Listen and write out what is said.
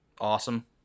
awesome